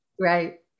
right